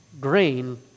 Grain